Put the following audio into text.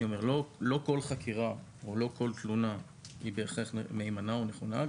לא כל חקירה ולא כל תלונה היא בהכרח מהימנה ונכונה.